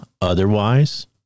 otherwise